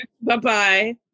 Bye-bye